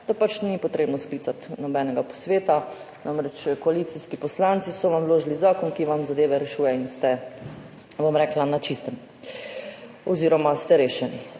da ni potrebno sklicati nobenega posveta, namreč, koalicijski poslanci so vam vložili zakon, ki vam zadeve rešuje, in ste, bom rekla, na čistem oziroma ste rešeni.